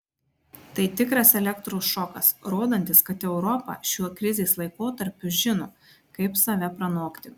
tai tikras elektros šokas rodantis kad europa šiuo krizės laikotarpiu žino kaip save pranokti